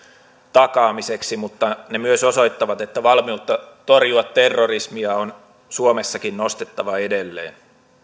takaamiseksi mutta ne myös osoittavat että valmiutta torjua terrorismia on suomessakin nostettava edelleen